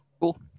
cool